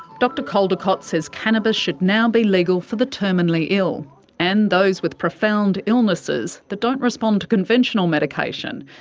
dr caldicott says cannabis should now be legal for the terminally ill and those with profound illnesses that don't respond to conventional medication.